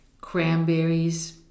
cranberries